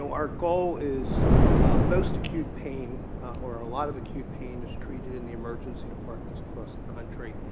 so our goal is most acute pain or a lot of acute pain is treated in the emergency departments across the country.